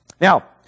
Now